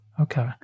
Okay